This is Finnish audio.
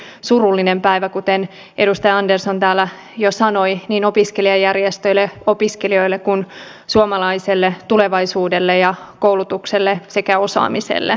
tämä on hyvin surullinen päivä kuten edustaja andersson täällä jo sanoi niin opiskelijajärjestöille opiskelijoille kuin suomalaiselle tulevaisuudelle ja koulutukselle sekä osaamiselle